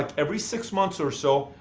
every six months or so,